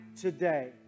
today